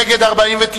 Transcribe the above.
נגד, 49,